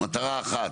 מטרה אחת,